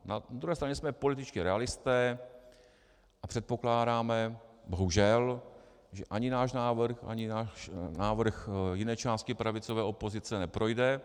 Na druhé straně jsme političtí realisté a předpokládáme, bohužel, že ani náš návrh ani návrh jiné části pravicové opozice neprojde.